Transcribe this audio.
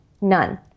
None